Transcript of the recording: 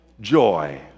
joy